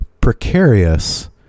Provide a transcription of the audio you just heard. precarious